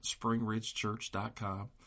springridgechurch.com